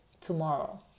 tomorrow